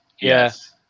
Yes